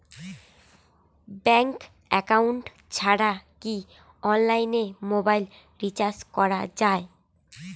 Bank account ছাড়া কি অনলাইনে মোবাইল রিচার্জ করা যায়?